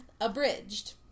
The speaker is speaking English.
Abridged